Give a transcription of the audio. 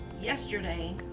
yesterday